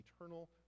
eternal